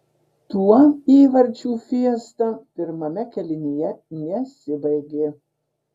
tuo įvarčių fiesta pirmame kėlinyje nesibaigė